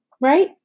right